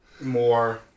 More